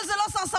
אבל זה לא סרסרות.